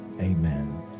Amen